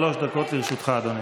שלוש דקות לרשותך, אדוני.